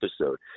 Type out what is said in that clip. episode